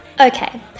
Okay